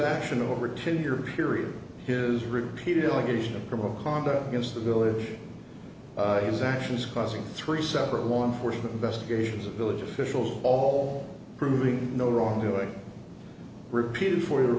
action over two year period his repeated allegation of criminal conduct against the village his actions causing three separate law enforcement investigations a village officials all proving no wrongdoing repeated for